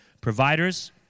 providers